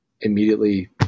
immediately